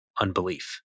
unbelief